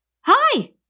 Hi